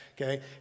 okay